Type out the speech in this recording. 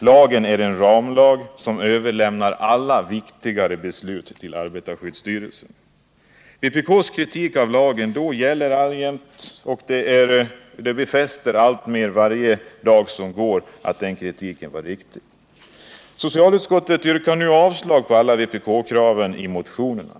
Lagen är en ramlag, som överlämnar alla viktiga beslut till arbetarskyddsstyrelsen. Denna kritik av lagen som vpk då framförde gäller alltjämt, och för varje dag som går befästs alltmer att kritiken var riktig. Socialutskottet yrkar nu avslag på alla vpk-kraven i motionerna.